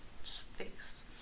face